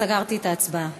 סגרתי את ההצבעה.